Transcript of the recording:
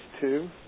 two